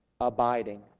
abiding